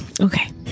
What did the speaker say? Okay